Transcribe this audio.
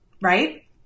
right